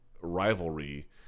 rivalry